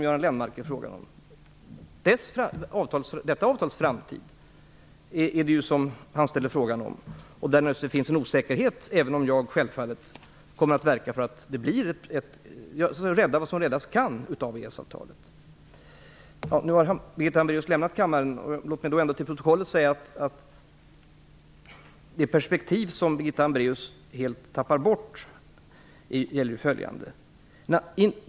Göran Lennmarker frågade om EES-avtalets framtid. Det finns naturligtvis en osäkerhet omkring detta, även om jag självfallet kommer att verka för att rädda vad som räddas kan av EES-avtalet. Birgitta Hambraeus har nu lämnat kammaren, men låt mig ändå till protokollet peka på ett perspektiv som Birgitta Hambraeus helt tappar bort.